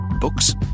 Books